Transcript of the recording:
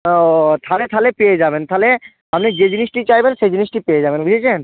ও তাহলে তাহলে পেয়ে যাবেন তাহলে আপনি যে জিনিসটি চাইবেন সে জিনিসটি পেয়ে যাবেন বুঝেছেন